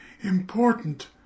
important